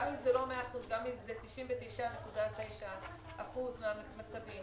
גם אם זה 99.9% מהמצבים,